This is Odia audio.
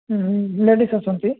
ହୁଁ ହୁଁ ଲେଡ଼ିସ୍ ଅଛନ୍ତି